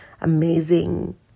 amazing